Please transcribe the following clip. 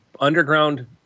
underground